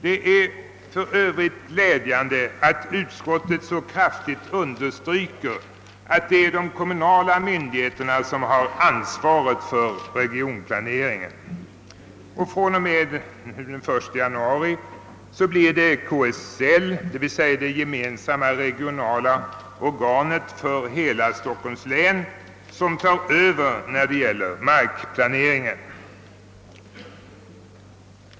Det är för övrigt glädjande att utskottet så kraftigt understryker att det är de kommunala myndigheterna som har ansvaret för regionplaneringen. Från och med den 1 januari 1969 blir det KSL, d.v.s. det gemensamma regionala organet för hela Stockholms län, som tar över markplaneringen.